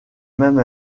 même